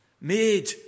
made